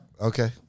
Okay